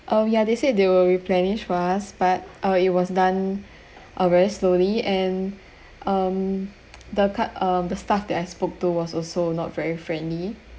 oh ya they said they will replenish fast but uh it was done uh very slowly and um the card uh the staff that I spoke to was also not very friendly